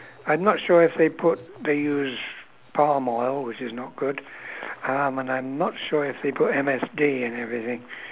I'm not sure if they put they use palm oil which is not good um and I'm not sure if they put M_S_G and everything